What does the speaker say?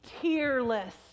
Tearless